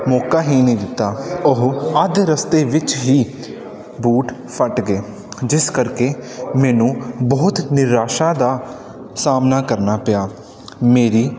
ਮੌਕਾ ਹੀ ਨਹੀਂ ਦਿੱਤਾ ਉਹ ਅੱਧ ਰਸਤੇ ਵਿੱਚ ਹੀ ਬੂਟ ਫਟ ਗਏ ਜਿਸ ਕਰਕੇ ਮੈਨੂੰ ਬਹੁਤ ਨਿਰਾਸ਼ਾ ਦਾ ਸਾਹਮਣਾ ਕਰਨਾ ਪਿਆ ਮੇਰੀ